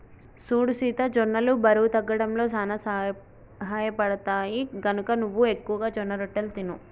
సూడు సీత జొన్నలు బరువు తగ్గడంలో సానా సహయపడుతాయి, గనక నువ్వు ఎక్కువగా జొన్నరొట్టెలు తిను